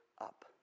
up